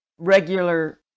regular